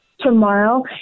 tomorrow